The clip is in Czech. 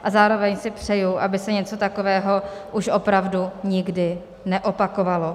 A zároveň si přeji, aby se něco takového už opravdu nikdy neopakovalo.